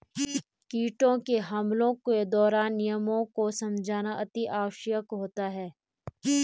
कीटों के हमलों के दौरान नियमों को समझना अति आवश्यक होता है